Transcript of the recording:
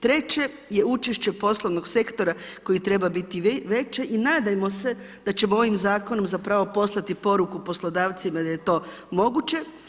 Treće je učešće poslovnih sektora, koji treba biti veće i nadajmo se da ćemo ovim zakonom zapravo poslati poruku poslodavcima da je to moguće.